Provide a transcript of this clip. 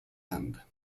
end